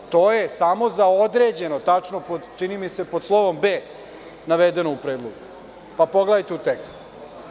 To je samo za određeno tačno, čini mi se pod slovom B navedeno u predlogu, pa pogledajte u tekstu.